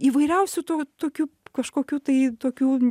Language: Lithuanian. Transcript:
įvairiausių tų tokių kažkokių tai tokių